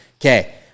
okay